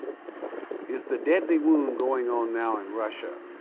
is the deadly wound going on now in russia?